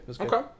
okay